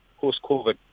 post-COVID